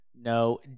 No